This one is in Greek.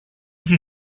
είχε